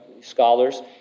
scholars